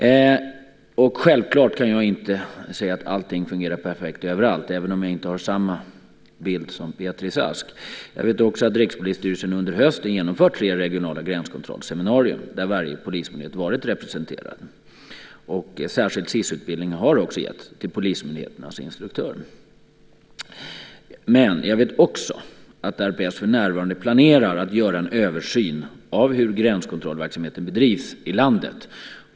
Jag kan självfallet inte säga att allting fungerar perfekt överallt, även om jag inte har samma bild som Beatrice Ask. Jag vet också att Rikspolisstyrelsen under hösten genomfört tre regionala gränskontrollseminarier där varje polismyndighet varit representerad. Särskild SIS-utbildning har också getts till polismyndigheternas instruktörer. Men jag vet också att RPS för närvarande planerar att göra en översyn av hur gränskontrollverksamheten bedrivs i landet.